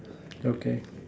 okay